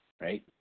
right